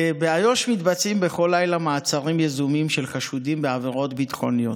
באיו"ש מתבצעים בכל לילה מעצרים יזומים של חשודים בעבירות ביטחוניות.